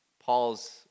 Paul's